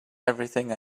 everything